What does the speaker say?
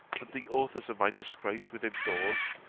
that the authors of my disgrace within doors,